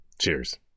Cheers